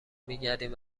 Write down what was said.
میگردیم